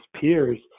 peers